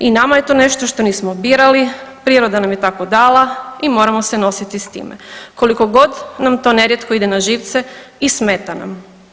I nama je to nešto što nismo birali, priroda nam je tako dala i moramo se nositi s time, koliko god nam to nerijetko ide na živce i smeta nam.